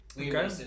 Okay